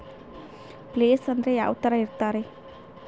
Place ಅಂದ್ರೆ ಯಾವ್ತರ ಇರ್ತಾರೆ?